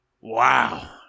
Wow